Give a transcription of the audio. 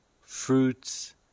fruits